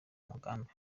mugambi